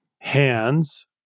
hands